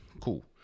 Cool